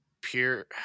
pure